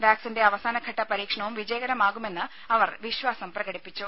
വാക്സിന്റെ അവസാന ഘട്ട പരീക്ഷണവും വിജയകരമാകുമെന്ന് അവർ വിശ്വാസം പ്രകടിപ്പിച്ചു